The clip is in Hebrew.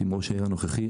עם ראש העיר הנוכחי,